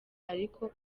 ariko